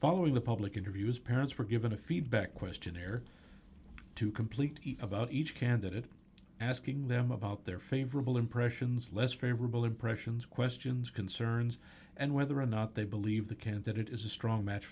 following the public interviews parents were given a feedback questionnaire to complete about each candidate asking them about their favorable impressions less favorable impressions questions concerns and whether or not they believe the canned that it is a strong match